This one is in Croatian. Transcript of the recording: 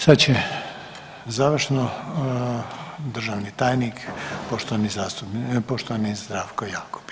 Sada će završno državni tajnik, poštovani Zdravko Jakob.